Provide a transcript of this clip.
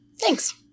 Thanks